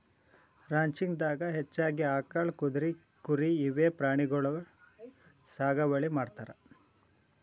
ranching ದಾಗಾ ಹೆಚ್ಚಾಗಿ ಆಕಳ್, ಕುದ್ರಿ, ಕುರಿ ಇವೆ ಪ್ರಾಣಿಗೊಳಿಗ್ ಸಾಗುವಳಿ ಮಾಡ್ತಾರ್